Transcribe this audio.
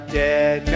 dead